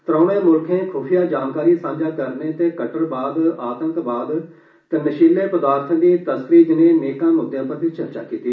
त्रौनें मुल्खें खुफिया जानकारी सांझा करने ते कट्टरवाद आतंकवाद ते नशीले पदार्थें दी तस्करी जनेह नेकां मुद्दे पर बी चर्चा कीती